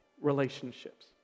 relationships